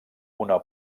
una